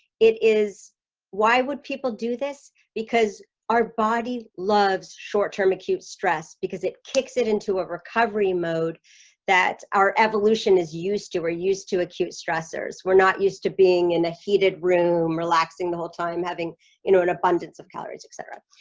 it is why would people do this because our body loves? short-term acute stress because it kicks it into a recovery mode that our evolution is used to were used to acute stressors we're not used to being in a heated room relaxing the whole time having you know, an abundance of calories, etc.